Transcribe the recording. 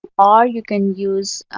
or you can use